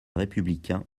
républicain